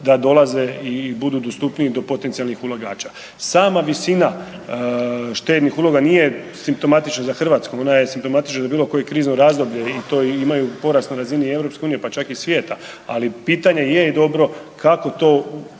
da dolaze i budu dostupniji do potencijalnih ulagača. Sama visina štednih uloga nije simptomatična za Hrvatsku ona je simptomatična za bilo koje krizno razdoblje i to imaju porast na razini EU pa čak i svijeta, ali pitanje je dobro kako to